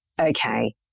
okay